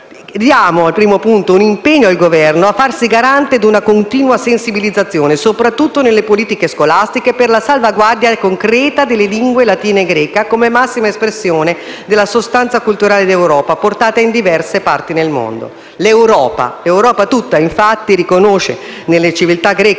leggiamo al primo punto un impegno al Governo «a farsi garante di una continua sensibilizzazione soprattutto nelle politiche scolastiche, per la salvaguardia concreta delle lingue latina e greca, come massima espressione della sostanza culturale d'Europa, portata in diverse parti del mondo». L'Europa tutta, infatti, riconosce nelle civiltà greca